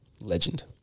Legend